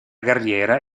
carriera